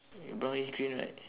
brownish green right